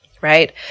right